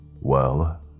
Well